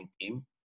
team